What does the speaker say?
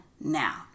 now